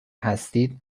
هستید